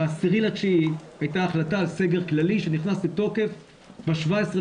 וב-10.9 הייתה החלטה על סגר כללי שנכנס לתוקף ב-17.9,